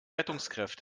rettungskräfte